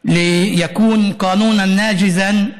על שם הבן שלך, אבו פוואז,